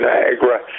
Niagara